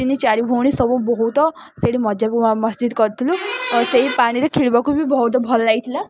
ତିନି ଚାରି ଭଉଣୀ ସବୁ ବହୁତ ସେଇଠି ମଜାକୁ ମସଜିଦ କରିଥିଲୁ ଓ ସେହି ପାଣିରେ ଖେଳିବାକୁ ବି ବହୁତ ଭଲ ଲାଗିଥିଲା